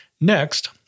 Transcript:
Next